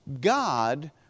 God